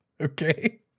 Okay